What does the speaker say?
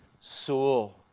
soul